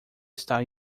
está